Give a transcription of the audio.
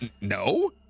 no